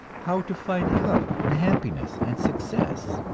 how to find health and happiness and success,